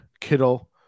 kittle